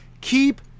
keep